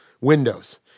windows